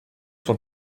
sont